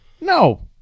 No